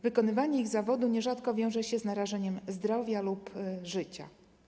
Wykonywanie ich zawodu nierzadko wiąże się z narażeniem zdrowia lub życia.